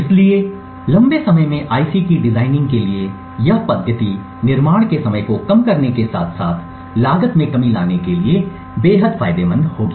इसलिए लंबे समय में आईसी की डिजाइनिंग के लिए यह पद्धति निर्माण के समय को कम करने के साथ साथ लागत में कमी लाने के लिए बेहद फायदेमंद होगी